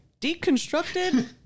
deconstructed